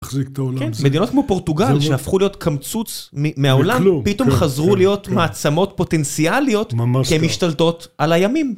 מדינות כמו פורטוגל שהפכו להיות קמצוץ מהעולם פתאום חזרו להיות מעצמות פוטנציאליות שהן משתלטות על הימים.